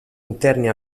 interni